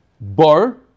bar